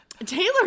Taylor